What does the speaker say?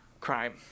Crime